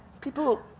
people